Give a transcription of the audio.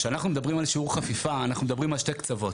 כשאנחנו מדברים על שיעור חפיפה אנחנו מדברים על שני קצוות,